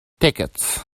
tickets